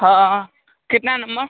हाँ कितना नम्बर